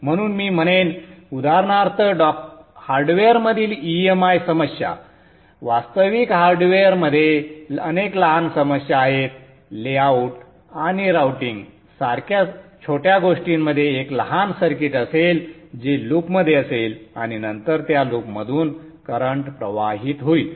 म्हणून मी म्हणेन उदाहरणार्थ हार्डवेअर मधील EMI समस्या वास्तविक हार्डवेअरमध्ये अनेक लहान समस्या आहेत लेआउट आणि राउटिंग सारख्या छोट्या गोष्टींमध्ये एक लहान सर्किट असेल जे लूपमध्ये असेल आणि नंतर त्या लूपमधून करंट प्रवाहित होईल